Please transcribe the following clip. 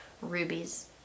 rubies